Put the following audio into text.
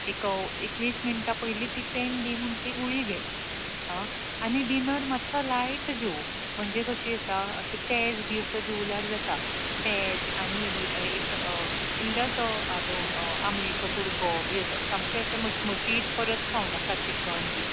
एक एक वीस मिणटां पयली ती पेन डी म्हणटा ती गुळी गे आनी डिनर मातसो लायट जेव म्हणजे कशी आसा अशे पेज बी अशें जेवल्यार जाता पेज आनी एक इल्लोसो आमलेचो कुडको बी असो सामकें अशें मचमचीत खावनाका चिकन बी